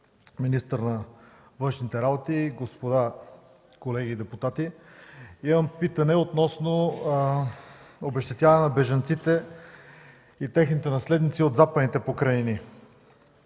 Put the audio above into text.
министър на външните работи, колеги депутати! Имам питане относно обезщетяване на бежанците и техните наследници от Западните покрайнини.